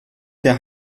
der